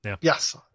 Yes